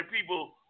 people